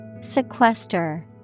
Sequester